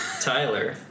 Tyler